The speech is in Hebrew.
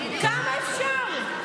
כמה אפשר?